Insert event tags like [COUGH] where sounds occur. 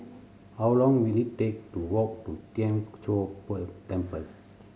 how long will it take to walk to Tien Chor [UNINTELLIGIBLE] Temple